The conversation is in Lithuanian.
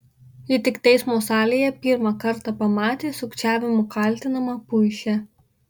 ji tik teismo salėje pirmą kartą pamatė sukčiavimu kaltinamą puišę